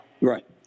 right